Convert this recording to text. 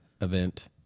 event